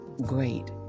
great